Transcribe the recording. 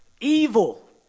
Evil